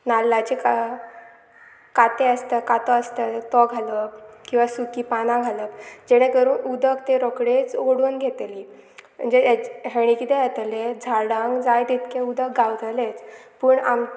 नाल्लाचे का कातें आसता कातो आसता तो घालप किंवां सुकी पानां घालप जेणे करून उदक तें रोकडेच उडोवन घेतली म्हणजे हेच हेणी कितें जातले झाडांक जाय तितके उदक गावतलेच पूण आम